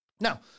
Now